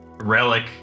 Relic